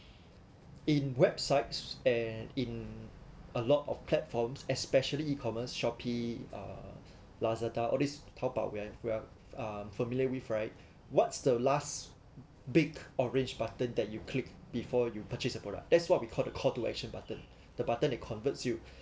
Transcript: in websites and in a lot of platforms especially e-commerce Shopee uh Lazada all this Taobao we are uh familiar with right what's the last big orange button that you click before you purchase a product that's what we call the call to action button the button that convert you